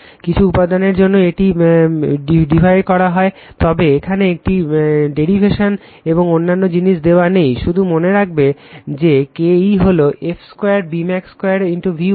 কিছু উপাদানের জন্য এটি ডিরাইভ করা যেতে পারে তবে এখানে এটি ডেরিভেশন এবং অন্যান্য জিনিষ দেওয়া নেই শুধু মনে রাখবেন যে Ke হল f 2 Bmax 2 V ওয়াট